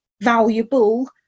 valuable